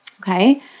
Okay